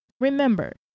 remember